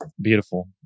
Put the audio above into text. Beautiful